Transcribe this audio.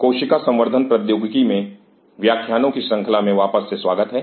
कोशिका संवर्धन प्रौद्योगिकी में व्याख्यानों की श्रंखला में वापस से स्वागत है